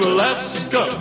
Alaska